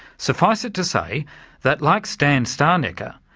suffice it to say that like stan stalnaker,